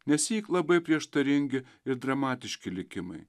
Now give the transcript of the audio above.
nesyk labai prieštaringi ir dramatiški likimai